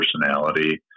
personality